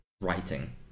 writing